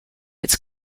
its